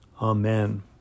Amen